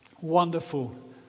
wonderful